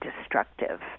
destructive